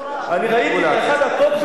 ופניתי גם לשר החינוך,